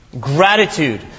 Gratitude